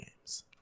Games